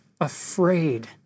afraid